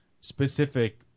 specific